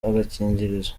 agakingirizo